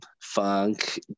funk